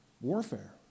warfare